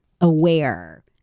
aware